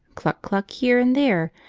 cluck-cluck here and there,